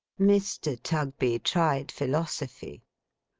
mr. tugby tried philosophy.